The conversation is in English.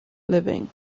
living